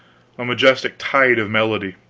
a majestic tide of melody.